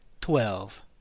Twelve